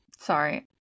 Sorry